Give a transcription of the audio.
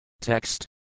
Text